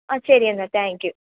ആ ശരി എന്നാൽ താങ്ക് യൂ